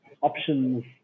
options